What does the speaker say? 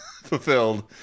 fulfilled